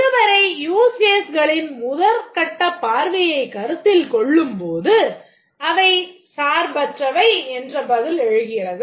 இதுவரை usecaseகளின் முதற்கட்டப் பார்வையைக் கருத்தில் கொள்ளும்போது அவை சார்பற்றவை என்கிற பதில் எழுகிறது